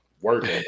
working